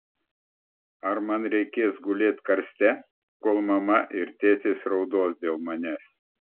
ar man reikės gulėt karste kol mano mama ir tėtis raudos dėl manęs